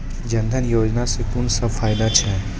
जनधन योजना सॅ कून सब फायदा छै?